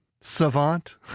savant